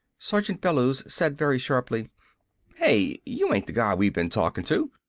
sergeant bellews said very sharply hey! you ain't the guy we've been talking to!